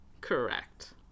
Correct